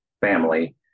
family